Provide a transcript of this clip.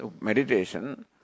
meditation